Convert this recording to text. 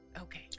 Okay